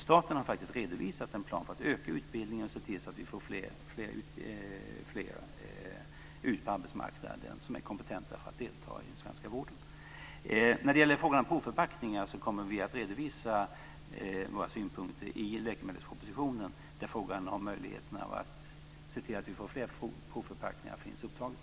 Staten har faktiskt redovisat en plan för att öka utbildningen och se till att vi får ut fler på arbetsmarknaden som är kompetenta att delta i den svenska vården. När det gäller frågan om provförpackningar kommer vi att redovisa våra synpunkter i läkemedelspropositionen, där frågan om möjligheten att se till att vi får fler provförpackningar finns upptagen.